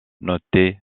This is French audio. noté